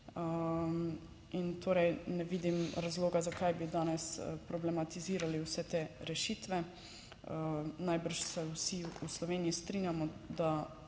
In torej ne vidim razloga zakaj bi danes problematizirali vse te rešitve. Najbrž se vsi v Sloveniji strinjamo, da